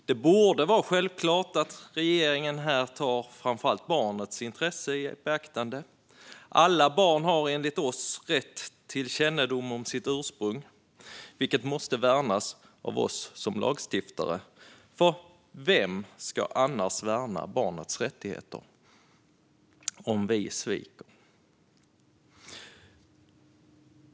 Det borde vara självklart att regeringen här tar framför allt barnets intresse i beaktande. Alla barn har enligt oss rätten till kännedom om sitt ursprung, vilken måste värnas av oss som lagstiftare. Vem ska annars värna barnets rättigheter om vi sviker?